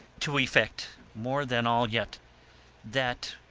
to effect, more than all yet that,